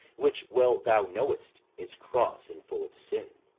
which, well thou knowest, is cross and full of sin.